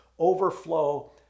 overflow